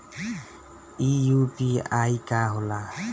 ई यू.पी.आई का होला?